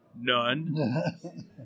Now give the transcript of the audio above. None